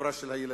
החברה של הילדים.